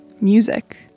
music